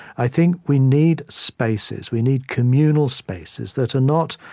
i think we need spaces we need communal spaces that are not,